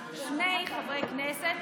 שני חברי כנסת,